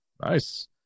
Nice